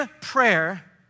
prayer